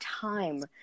time